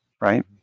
right